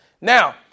Now